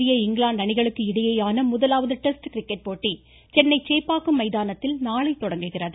இந்திய இங்கிலாந்து அணிகளுக்கு இடையேயான முதலாவது டெஸ்ட் கிரிக்கெட் போட்டி சென்னை சேப்பாக்கம் மைதானத்தில் நாளை தொடங்குகிறது